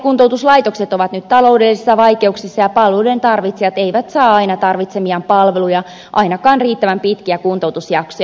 päihdekuntoutuslaitokset ovat nyt taloudellisissa vaikeuksissa ja palveluiden tarvitsijat eivät saa aina tarvitsemiaan palveluja ainakaan riittävän pitkiä kuntoutusjaksoja